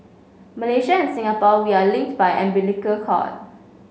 Malaysia and Singapore we are linked by umbilical cord